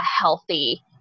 healthy